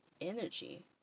energy